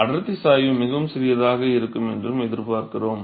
எனவே அடர்த்தி சாய்வு மிகவும் சிறியதாக இருக்கும் என்று எதிர்பார்க்கிறோம்